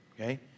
Okay